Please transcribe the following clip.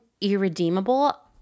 irredeemable